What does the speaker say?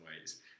ways